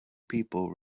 people